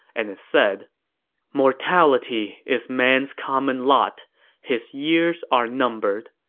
and it said mortality is man's common lot his years are numbered.